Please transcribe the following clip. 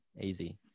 easy